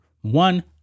one